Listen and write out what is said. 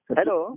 Hello